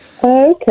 okay